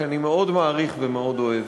שאני מאוד מעריך ומאוד אוהב,